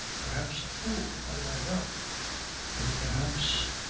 perhaps a fool, how do i know or perhaps